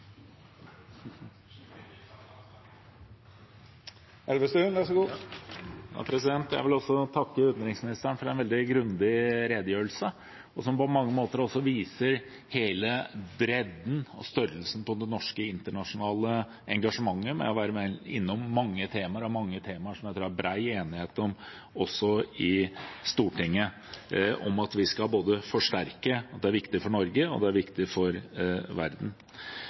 Jeg vil også takke utenriksministeren for en veldig grundig redegjørelse, som på mange måter viser hele bredden av og størrelsen på det norske internasjonale engasjementet ved å være innom mange temaer – temaer som jeg tror det er bred enighet i Stortinget om at vi skal forsterke vår innsats på. Det er viktig for Norge og for verden. Det er